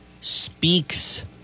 speaks